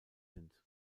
sind